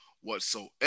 whatsoever